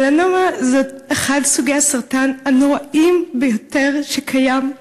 מלנומה זה אחד מסוגי הסרטן הנוראיים ביותר שקיימים.